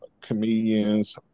comedians